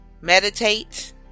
Meditate